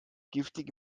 giftige